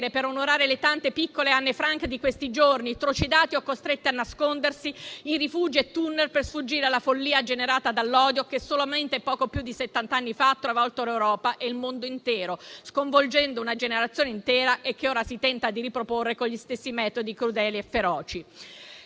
per onorare le tante piccole Anna Frank di questi giorni, trucidate o costrette a nascondersi in rifugi e tunnel, per sfuggire alla follia generata dall'odio che solamente poco più di settanta anni fa ha travolto l'Europa e il mondo intero, sconvolgendo una generazione intera e che ora si tenta di riproporre con gli stessi metodi crudeli e feroci.